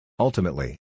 Ultimately